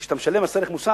כשאתה משלם מס ערך מוסף,